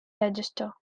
register